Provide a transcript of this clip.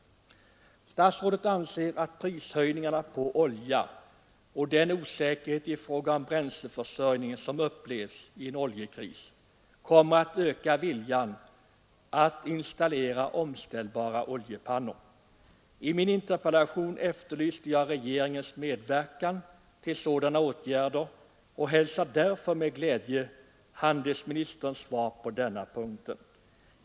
Statsrådet anser att prishöjningarna på olja och den osäkerhet i fråga om bränsleförsörjningen som upplevs i en oljekris kommer att öka viljan att installera omställbara oljepannor. I min interpellation efterlyste jag regeringens medverkan till sådana åtgärder, och jag hälsar därför med glädje handelsministerns svar på den punkten.